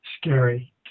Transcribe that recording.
scary